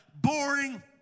boring